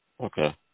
Okay